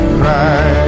cry